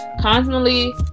constantly